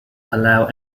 allow